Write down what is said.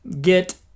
get